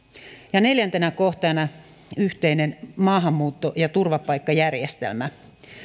ja neljäntenä kohtana yhteinen maahanmuutto ja turvapaikkajärjestelmä